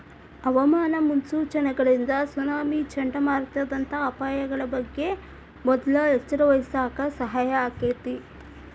ಹವಾಮಾನ ಮುನ್ಸೂಚನೆಗಳಿಂದ ಸುನಾಮಿ, ಚಂಡಮಾರುತದಂತ ಅಪಾಯಗಳ ಬಗ್ಗೆ ಮೊದ್ಲ ಎಚ್ಚರವಹಿಸಾಕ ಸಹಾಯ ಆಕ್ಕೆತಿ